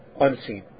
unseen